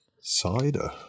Cider